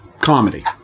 comedy